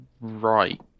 right